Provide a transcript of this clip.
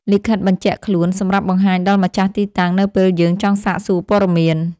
លិខិតបញ្ជាក់ខ្លួន សម្រាប់បង្ហាញដល់ម្ចាស់ទីតាំងនៅពេលយើងចង់សាកសួរព័ត៌មាន។